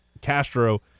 Castro